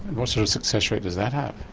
what sort of success rate does that have?